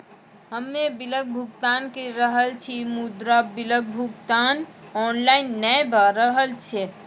हम्मे बिलक भुगतान के रहल छी मुदा, बिलक भुगतान ऑनलाइन नै भऽ रहल छै?